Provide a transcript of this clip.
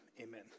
amen